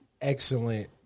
excellent